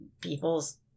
people's